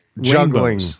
juggling